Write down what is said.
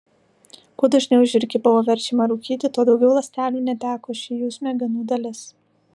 kuo dažniau žiurkė buvo verčiama rūkyti tuo daugiau ląstelių neteko ši jų smegenų dalis